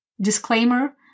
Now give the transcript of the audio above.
Disclaimer